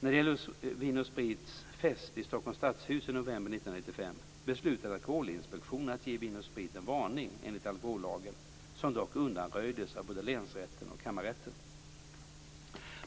När det gäller Vin och Sprit AB:s fest i Stockholms stadshus i november 1995 beslutade Alkoholinspektionen att ge Vin och Sprit AB en varning enligt alkohollagen som dock undanröjdes av både länsrätten och kammarrätten.